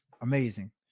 Amazing